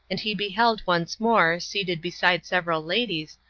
and he beheld once more, seated beside several ladies,